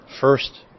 first